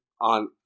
on